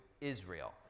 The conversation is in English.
Israel